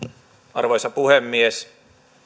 arvoisa puhemies